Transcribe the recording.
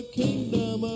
kingdom